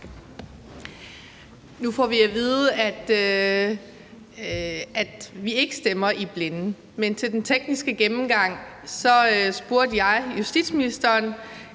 Nu får vi at vide, at vi ikke stemmer i blinde, men til den tekniske gennemgang spurgte jeg justitsministeren